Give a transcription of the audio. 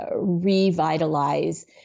revitalize